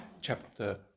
chapter